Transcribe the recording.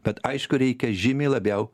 bet aišku reikia žymiai labiau